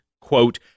quote